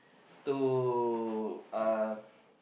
to uh